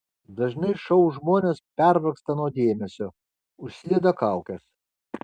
dažnai šou žmonės pervargsta nuo dėmesio užsideda kaukes